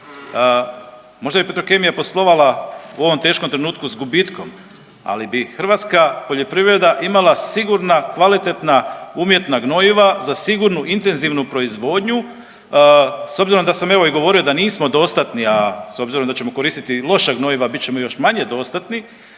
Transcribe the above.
možda bi Petrokemija poslovala u ovom teškom trenutku s gubitkom, ali bi hrvatska poljoprivreda imala sigurna, kvalitetna umjetna gnojiva za sigurnu intenzivnu proizvodnju, s obzirom da sam evo i govorio da nismo dostatni, a s obzirom da ćemo koristiti loša gnojiva bit ćemo još manje dostatni,